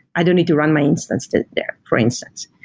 i don't need to run my instance to there, for instance.